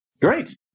Great